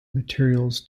materials